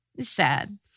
sad